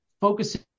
focusing